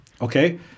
okay